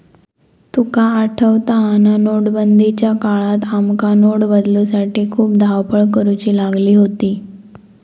तुका आठवता हा ना, नोटबंदीच्या काळात आमका नोट बदलूसाठी खूप धावपळ करुची लागली होती